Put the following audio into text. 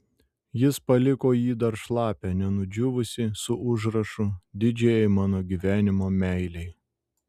jis paliko jį dar šlapią nenudžiūvusį su užrašu didžiajai mano gyvenimo meilei